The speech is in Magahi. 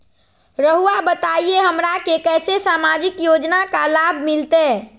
रहुआ बताइए हमरा के कैसे सामाजिक योजना का लाभ मिलते?